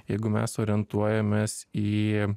jeigu mes orientuojamės į